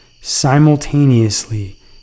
simultaneously